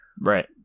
Right